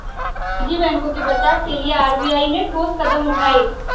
निजी बैंकों के बचाव के लिए आर.बी.आई ने ठोस कदम उठाए